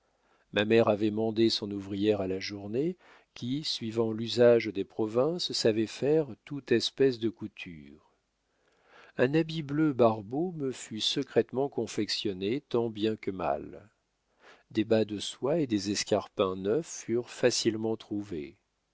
ma mère avait mandé son ouvrière à la journée qui suivant l'usage des provinces savait faire toute espèce de couture un habit bleu-barbeau me fut secrètement confectionné tant bien que mal des bas de soie et des escarpins neufs furent facilement trouvés